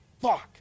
fuck